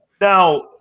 Now